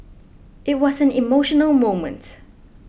it was an emotional moment